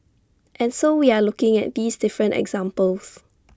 and so we are looking at these different examples